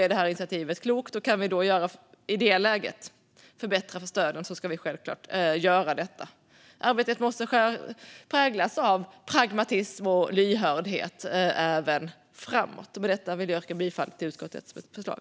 Därför är initiativet klokt, och om vi i det här läget kan förbättra stöden ska vi självklart göra så. Arbetet måste präglas av pragmatism och lyhördhet även framåt i tiden. Jag yrkar bifall till utskottets förslag.